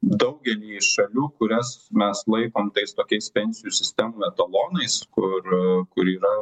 daugely šalių kurias mes laikom tais tokiais pensijų sistemų etalonais kur kur yra